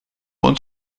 uns